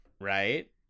Right